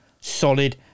solid